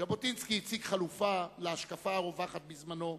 ז'בוטינסקי הציג חלופה להשקפה הרווחת בזמנו,